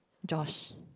Josh